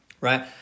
right